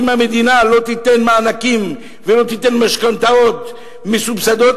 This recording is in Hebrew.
אם המדינה לא תיתן מענקים ולא תיתן משכנתאות מסובסדות,